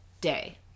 day